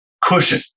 cushion